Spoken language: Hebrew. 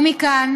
ומכאן